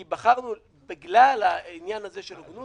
כי בגלל העניין הזה של הוגנות,